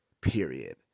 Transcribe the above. period